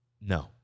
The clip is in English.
no